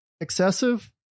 excessive